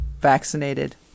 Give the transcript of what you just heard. Vaccinated